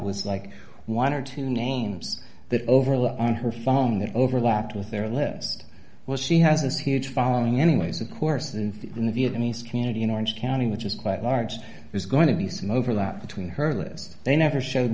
was like one or two names that overlap on her phone that overlapped with their lives was she has this huge following anyways of course and in the vietnamese community in orange county which is quite large there's going to be some overlap between her lips they never showed